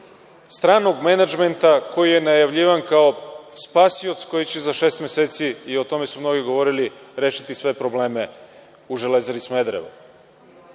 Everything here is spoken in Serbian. stranog menadžmenta koji je najavljivan kao spasioc koji će za šest meseci, i o tome su mnogi govorili, rešiti sve probleme u „Železari Smederevo“.